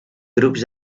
grups